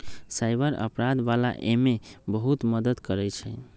cyber अपराध वाला एमे बहुते मदद करई छई